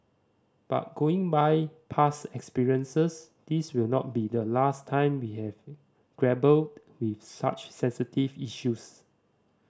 but going by past experiences this will not be the last time we have grapple with such sensitive issues